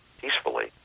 peacefully